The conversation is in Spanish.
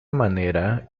manera